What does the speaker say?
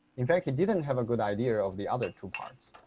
in fact, he didn't have a good idea of the other two parts.